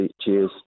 Cheers